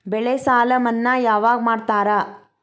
ಬೆಳೆ ಸಾಲ ಮನ್ನಾ ಯಾವಾಗ್ ಮಾಡ್ತಾರಾ?